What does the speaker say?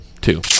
Two